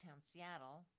Seattle